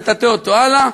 לטאטא אותו הלאה,